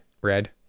red